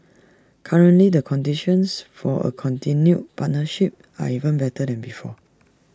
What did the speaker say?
currently the conditions for A continued partnership are even better than before